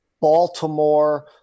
Baltimore